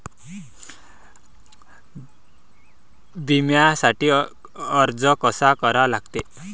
बिम्यासाठी अर्ज कसा करा लागते?